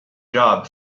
job